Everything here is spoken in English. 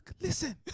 listen